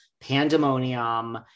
pandemonium